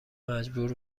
مجبور